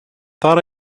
thought